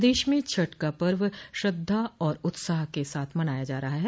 प्रदेश में छठ पर्व श्रद्धा और उत्साह से मनाया जा रहा है